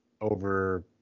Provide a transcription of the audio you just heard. over